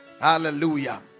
hallelujah